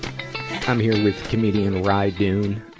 i'm here with comedian, ry doon,